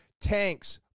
tanks